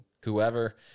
whoever